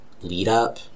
lead-up